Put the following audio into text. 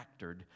factored